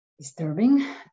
disturbing